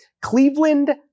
Cleveland